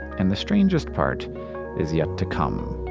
and the strangest part is yet to come.